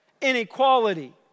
Inequality